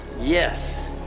Yes